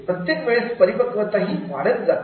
प्रत्येक वेळेस परिपक्वता वाढत जाते